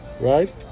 right